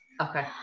Okay